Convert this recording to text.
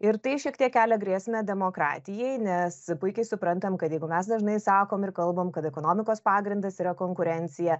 ir tai šiek tiek kelia grėsmę demokratijai nes puikiai suprantam kad jeigu mes dažnai sakom ir kalbam kad ekonomikos pagrindas yra konkurencija